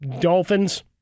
Dolphins